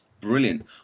Brilliant